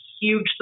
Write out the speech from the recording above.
huge